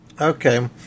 Okay